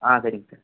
ஆ சரிங்க சார்